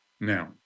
Now